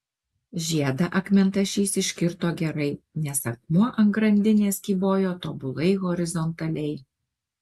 žiedą akmentašys iškirto gerai nes akmuo ant grandinės kybojo tobulai horizontaliai